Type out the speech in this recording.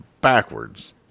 backwards